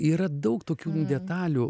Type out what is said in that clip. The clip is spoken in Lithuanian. yra daug tokių detalių